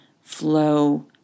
flow